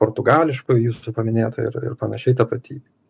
portugališkoji jūsų paminėta ir ir panašiai tapatybė